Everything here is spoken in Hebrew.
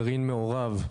גרעין מעורב,